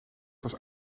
was